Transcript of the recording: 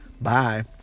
Bye